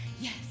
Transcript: Yes